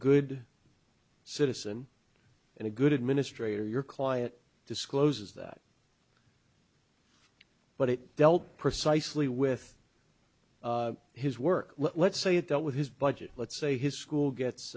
good citizen and a good administrator your client discloses that but it dealt precisely with his work let's say it dealt with his budget let's say his school